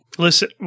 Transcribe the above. Listen